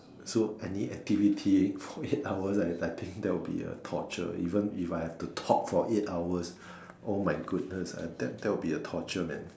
so any activity for eight hours I I think that would be a torture even if I had to talk for eight hours oh my goodness I that that would be a torture man